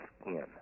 skin